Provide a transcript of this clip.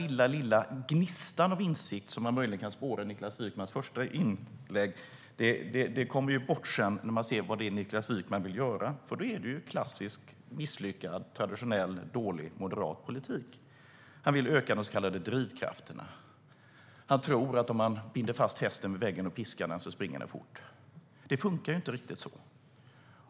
Denna lilla gnista av insikt som man möjligen kan spåra i Niklas Wykmans första inlägg kommer bort sedan när man ser vad han vill göra, för då är det ju klassisk, misslyckad, traditionell, dålig moderat politik. Han vill öka de så kallade drivkrafterna. Han tror att om man binder fast hästen vid väggen och piskar den så springer den fort. Men det funkar det inte riktigt så.